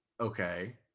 okay